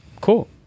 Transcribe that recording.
Cool